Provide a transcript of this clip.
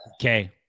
Okay